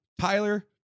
Tyler